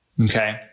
okay